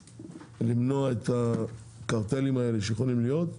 למנוע את הקרטלים האלה שיכולים להיות.